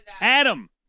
Adam